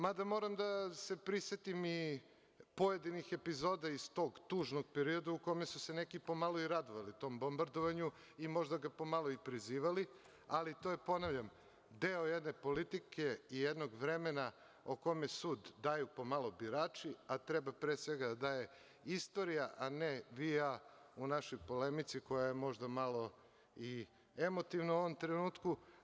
Mada moram da se prisetim i pojedinih epizoda iz tog tužnog perioda u kome su se neki po malo i radovali tom bombardovanju i možda ga po malo i prizivali, ali to je deo jedne politike i jednog vremena o kome sud daju pomalo birači, a treba pre svega da daje istorija, a ne vi i ja u našoj polemici koja je možda malo i emotivna u ovom trenutku.